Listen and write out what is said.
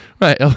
Right